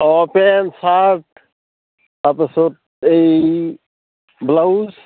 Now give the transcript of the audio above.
অঁ pant chart তাৰপাছত এই ব্লাউজ